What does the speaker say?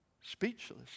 speechless